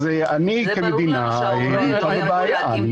אז אני כמדינה נמצא בבעיה,